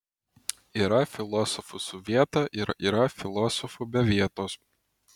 yra filosofų su vieta ir yra filosofų be vietos